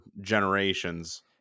generations